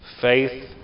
Faith